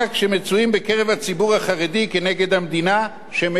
הציבור החרדי נגד המדינה שמפרנסת אותו.